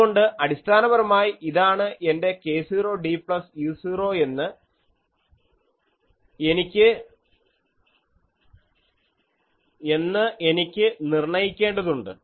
അതുകൊണ്ട് അടിസ്ഥാനപരമായി ഇതാണ് എൻറെ k0d പ്ലസ് u0 എന്ന് എനിക്ക് നിർണയിക്കേണ്ടതുണ്ട്